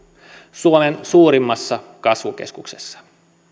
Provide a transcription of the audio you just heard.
suomen suurimmassa kasvukeskuksessa